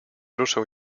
ruszę